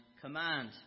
command